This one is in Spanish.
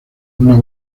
una